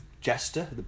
Jester